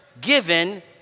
given